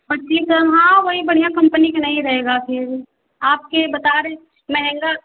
हाँ ठीक है हाँ वही बढ़िया कंपनी का नहीं रहेगा फिर आपके बता रहे हैं महंगा